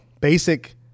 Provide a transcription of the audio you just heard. basic